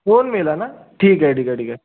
दोन मेला ना ठीक आहे ठीक आहे ठीक आहे